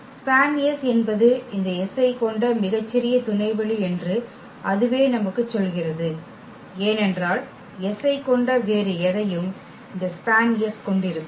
SPAN என்பது இந்த S ஐக் கொண்ட மிகச்சிறிய துணைவெளி என்று அதுவே நமக்குச் சொல்கிறது ஏனென்றால் s ஐக் கொண்ட வேறு எதையும் இந்த SPAN கொண்டிருக்கும்